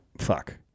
Fuck